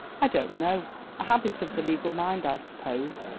i don't know a habit of the legal mind, i suppose.